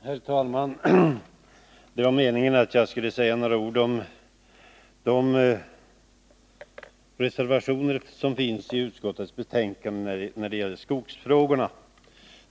Herr talman! Det var meningen att jag skulle säga några ord om de reservationer som finns i utskottets betänkande när det gäller skogsfrågorna.